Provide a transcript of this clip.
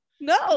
no